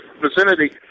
vicinity